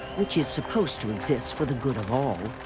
which is supposed to exist for the good of all,